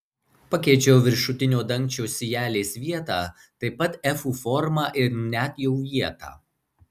pakeičiau viršutinio dangčio sijelės vietą taip pat efų formą ir net jų vietą